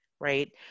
Right